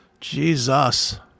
Jesus